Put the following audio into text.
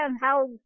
how-